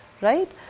right